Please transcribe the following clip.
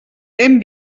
hem